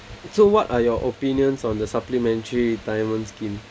so what are your opinions on the supplementary retirement scheme